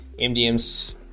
MDMs